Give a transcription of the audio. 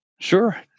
Sure